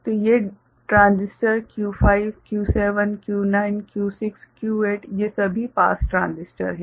तो ये transistor Q5 Q7 Q9 Q6 Q8 ये सभी पास ट्रांजिस्टर हैं